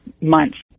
months